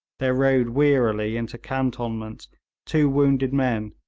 there rode wearily into cantonments two wounded men,